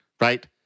Right